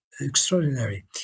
extraordinary